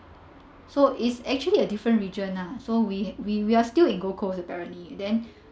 so it's actually a different region lah so we we we are still in gold coast apparently and then